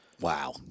wow